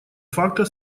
факто